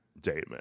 Damon